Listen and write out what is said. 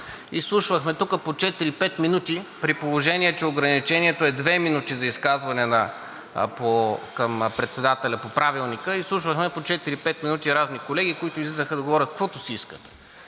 Изслушвахме тук по 4 – 5 минути, при положение че ограничението е 2 минути за изказване към председателя по Правилника, изслушвахме по 4 – 5 минути разни колеги, които излизаха да говорят каквото си искат.